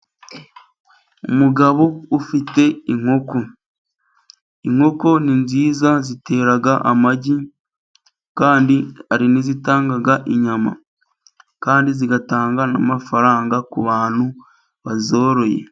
Umugabo ufite inkoko. Inkoko ni nziza zitera amagi kandi hari n'izitanga inyama, kandi zigatanga amafaranga ku bantu bazoroye.